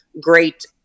great